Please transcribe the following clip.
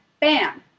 Bam